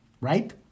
right